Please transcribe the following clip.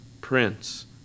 Prince